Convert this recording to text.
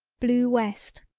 blew west,